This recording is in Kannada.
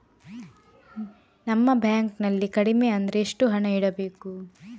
ನಮ್ಮ ಬ್ಯಾಂಕ್ ನಲ್ಲಿ ಕಡಿಮೆ ಅಂದ್ರೆ ಎಷ್ಟು ಹಣ ಇಡಬೇಕು?